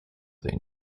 they